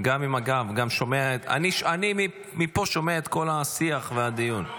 אני מפה שומע את כל השיח והדיון.